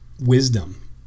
wisdom